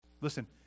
Listen